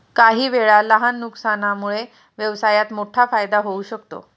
काहीवेळा लहान नुकसानामुळे व्यवसायात मोठा फायदा होऊ शकतो